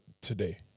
today